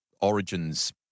Origin's